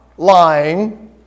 lying